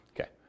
Okay